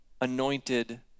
anointed